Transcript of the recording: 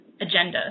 agenda